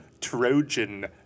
Trojan